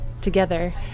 together